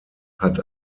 hat